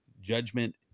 Judgment